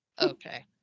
Okay